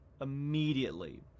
immediately